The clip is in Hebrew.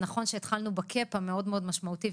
נכון שהתחלנו בקאפ המאוד מאוד משמעותי,